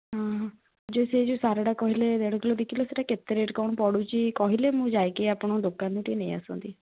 ହଁ ଯେଉଁ ସେଇ ଯେଉଁ ସାରଟା କହିଲେ ଦେଢ଼କିଲୋ ଦୁଇକିଲୋ ସେଇଟା କେତେ ରେଟ୍ କ'ଣ ପଡ଼ୁଛି କହିଲେ ମୁଁ ଯାଇକି ଆପଣଙ୍କ ଦୋକାନରୁ ଟିକେ ନେଇଆସନ୍ତି